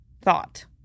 thought